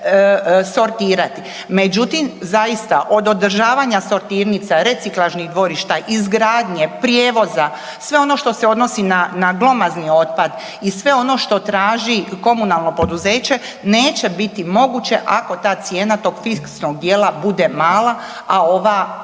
više sortirati. Međutim zaista, od održavanja sortirnica, reciklažnih dvorišta, izgradnje, prijevoza, sve ono što se odnosi na glomazni otpad i sve ono što traži komunalno poduzeće, neće biti moguće ako ta cijena tog fiksnog dijela bude mala, a ova veća